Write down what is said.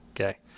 Okay